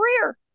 career